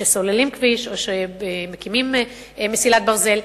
כשסוללים כביש או כשמקימים מסילת ברזל,